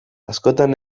askotan